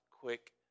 quick